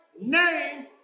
name